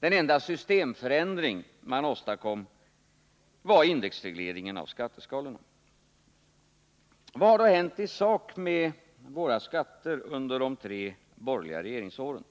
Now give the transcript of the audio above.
Den enda systemförändring man åstadkom var indexregleringen av skatteskalorna. Vad har då hänt i sak med våra skatter under de tre borgerliga regeringsåren?